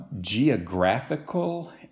geographical